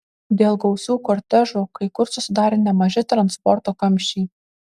dėl gausių kortežų kai kur susidarė nemaži transporto kamščiai